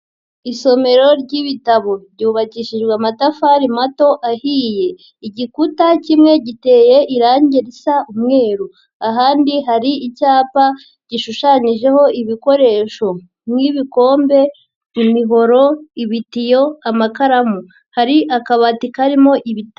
Isomero ry'ibitabo ryubakishijwe amatafari mato ahiye, igikuta kimwe giteye irangi risa umweru, ahandi hari icyapa gishushanyijeho ibikoresho nk'ibikombe, imihoro, ibitiyo, amakaramu, hari akabati karimo ibitabo.